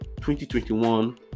2021